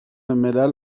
ملل